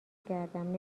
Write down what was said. کردم